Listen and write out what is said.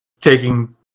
taking